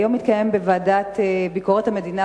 היום התקיים בוועדת ביקורת המדינה,